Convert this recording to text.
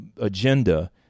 agenda